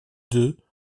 deux